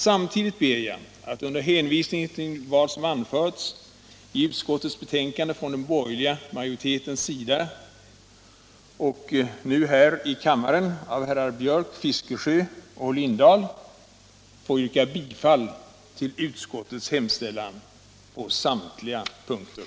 Samtidigt ber jag att med hänvisning till vad som anförts i utskottets betänkande från den borgerliga majoritetens sida, och nu här i kammaren av herrar Björck i Nässjö, Fiskesjö och Lindahl i Hamburgsund, få yrka bifall till utskottets hemställan på samtliga punkter.